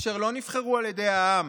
אשר לא נבחרו על ידי העם,